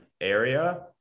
area